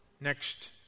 Next